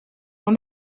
dans